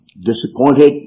disappointed